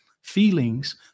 feelings